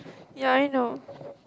ya I know